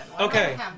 Okay